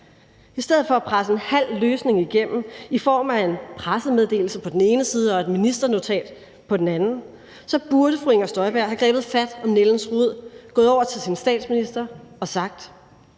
I stedet for at presse en halv løsning igennem i form af en pressemeddelelse på den ene side og et ministernotat på den anden burde fru Inger Støjberg have grebet fat om nældens rod, gået over til sin statsminister og sagt: